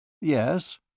Yes